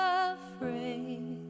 afraid